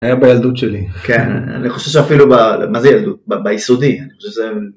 זה היה בילדות שלי, כן, אני חושב שאפילו, מה זה ילדות? ביסודי.